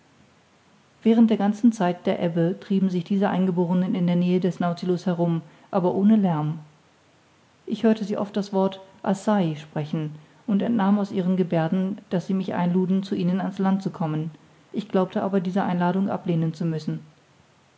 während der ganzen zeit der ebbe trieben sich diese eingeborenen in der nähe des nautilus herum aber ohne lärm ich hörte sie oft das wort assai sprechen und entnahm aus ihren geberden daß sie mich einluden zu ihnen an's land zu kommen ich glaubte aber diese einladung ablehnen zu müssen